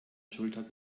schulter